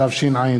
התשע"ד